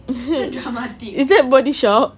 is that Body Shop